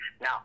Now